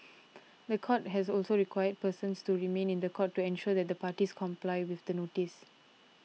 the court has also require persons to remain in the country to ensure that the parties comply with the notice